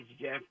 jeff